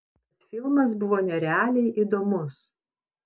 tas filmas buvo nerealiai įdomus